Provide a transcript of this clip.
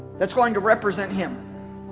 that's going to represent him